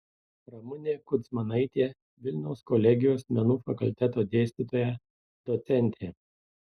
ramunė kudzmanaitė vilniaus kolegijos menų fakulteto dėstytoja docentė